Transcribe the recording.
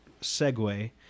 segue